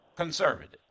conservative